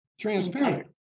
transparent